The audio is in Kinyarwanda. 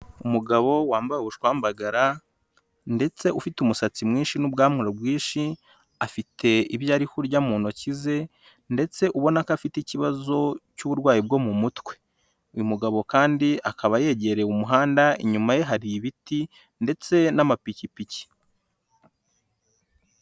Umugabo wambaye ubushwambagara ndetse ufite umusatsi mwinshi n'ubware bwinshi, afite ibyo ari kurya mu ntoki ze ndetse ubona ko afite ikibazo cy'uburwayi bwo mu mutwe. Uyu mugabo kandi akaba yegereye umuhanda, inyuma ye hari ibiti ndetse n'amapikipiki.